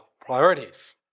priorities